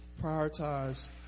prioritize